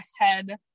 ahead